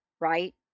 right